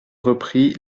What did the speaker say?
repris